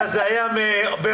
זה היה באון-ליין,